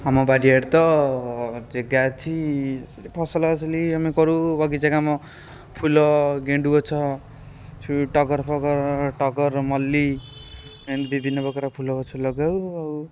ଆମ ବାରିଆଡ଼େ ତ ଜାଗା ଅଛି ସେଇଠି ଫସଲଫସଲି ଆମେ କରୁ ବଗିଚା କାମ ଫୁଲ ଗେଣ୍ଡୁ ଗଛ ସେଠୁ ଟଗର ଫଗର ଟଗର ମଲ୍ଲୀ ଏମିତି ବିଭିନ୍ନ ପ୍ରକାର ଫୁଲଗଛ ଲଗାଉ ଆଉ